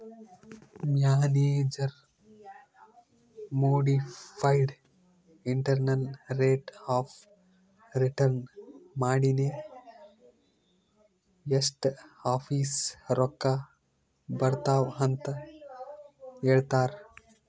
manager modified internal rate of return ಮಾಡಿನೆ ಎಸ್ಟ್ ವಾಪಿಸ್ ರೊಕ್ಕಾ ಬರ್ತಾವ್ ಅಂತ್ ಹೇಳ್ತಾರ್